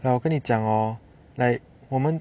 我跟你讲 hor like 我们